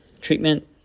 Treatment